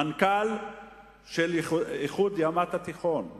מנכ"ל של איחוד מדינות הים התיכון,